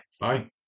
Bye